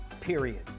Period